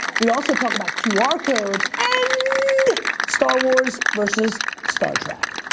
we also talk about qr codes, and star wars versus star trek.